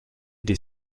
des